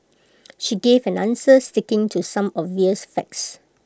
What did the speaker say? she gave an answer sticking to some obvious facts